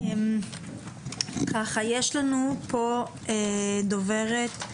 יש לנו פה דוברת,